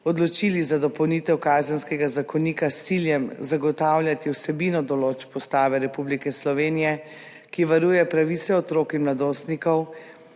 odločili za dopolnitev Kazenskega zakonika s ciljem zagotavljati vsebino določb Ustave Republike Slovenije, ki varuje pravice otrok in mladostnikov,